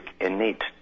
innate